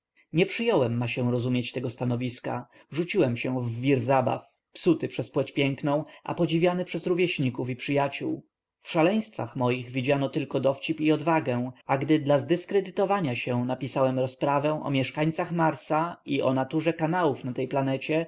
nie przyjąłem ma się rozumieć tego stanowiska rzuciłem się w wir zabaw psuty przez płeć piękną a podziwiany przez rówieśników i przyjaciół w szaleństwach moich widziano tylko dowcip i odwagę a gdy dla zdyskredytowania się napisałem rozprawę o mieszkańcach marsa i o naturze kanałów na tej